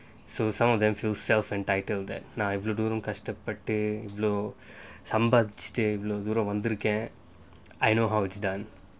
so some of them feel self-entitled that நான் இவ்வளவு தூரம் கஷ்டப்பட்டு இவ்வளவு சம்பாதிச்சிட்டு இவ்வளவு தூரம் வந்துர்கேன்:naan ivvalavu thooram kastappattu ivvalavu sambaaticchitu ivvalavu thooram vanturkaen I know how it's done